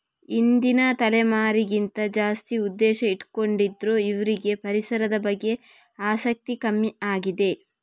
ಹಿಂದಿನ ತಲೆಮಾರಿಗಿಂತ ಜಾಸ್ತಿ ಉದ್ದೇಶ ಇಟ್ಕೊಂಡಿದ್ರು ಇವ್ರಿಗೆ ಪರಿಸರದ ಬಗ್ಗೆ ಆಸಕ್ತಿ ಕಮ್ಮಿ ಆಗಿದೆ